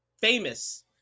famous